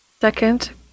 Second